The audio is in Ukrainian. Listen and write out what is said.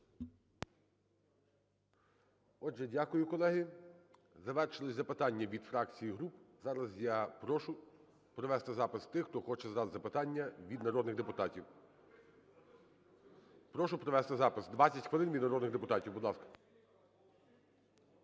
дякую, колеги. Завершились запитання від фракцій і груп. Зараз я прошу провести запис тих, хто хоче задати запитання від народних депутатів. Прошу провести запис, 20 хвилин від народних депутатів, будь ласка.